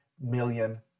million